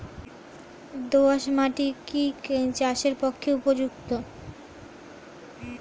দোআঁশ মাটি কি চাষের পক্ষে উপযুক্ত?